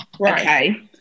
okay